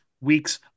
weeks